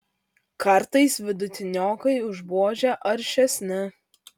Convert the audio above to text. kartais vidutiniokai už buožę aršesni